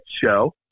show